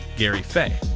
gary fay.